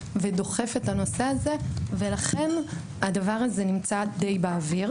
ודוחף את הנושא הזה ולכן הדבר הזה נמצא די באוויר.